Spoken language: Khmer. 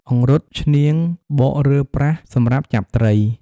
អង្រុត ឈ្នាង បករើប្រាស់សម្រាប់ចាប់ត្រី។